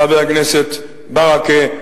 חבר הכנסת ברכה,